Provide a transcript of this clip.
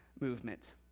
Movement